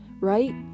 Right